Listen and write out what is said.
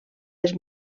les